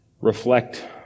reflect